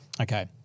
Okay